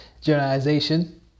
generalization